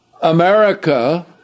America